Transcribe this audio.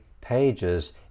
pages